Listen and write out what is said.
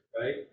right